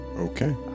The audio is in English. okay